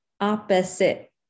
opposite